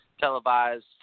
televised